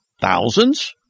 thousands